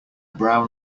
brown